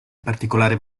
particolare